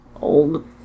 old